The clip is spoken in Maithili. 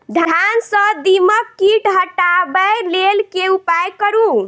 धान सँ दीमक कीट हटाबै लेल केँ उपाय करु?